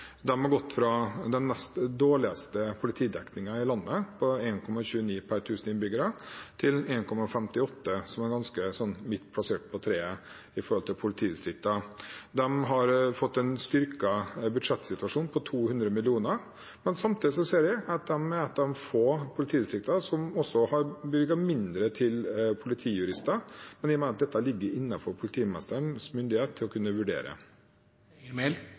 har gått fra å ha den nest dårligste politidekningen i landet, 1,29 per 1 000 innbyggere, til 1,58, som er ganske midt på treet. De har fått en styrket budsjettsituasjon på 200 mill. kr, men samtidig ser jeg at de er et av få politidistrikter som har bevilget mindre til politijurister. Men jeg mener at det ligger innenfor politiministerens myndighet å kunne vurdere